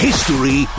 History